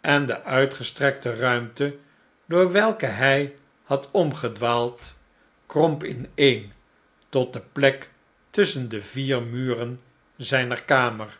en de uitgestrekte ruimte door welke hij had omgedwaald kromp ineen tot de plek tusschen de vier muren zijner kamer